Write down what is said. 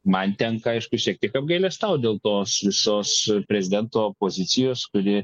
man tenka aišku šiek tiek apgailestaut dėl tos visos prezidento pozicijos kuri